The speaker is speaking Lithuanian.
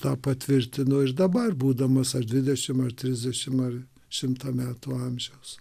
tą patvirtinu ir dabar būdamas aš dvidešimt ar trisdešimt ar šimto metų amžiaus